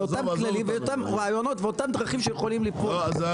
אותם כללים ואותם רעיונות ואותן דרכים שיכולים --- רבותיי.